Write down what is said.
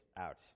out